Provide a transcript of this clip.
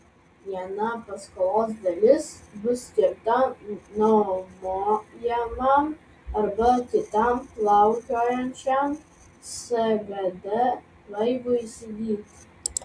viena paskolos dalis bus skirta nuomojamam arba kitam plaukiojančiam sgd laivui įsigyti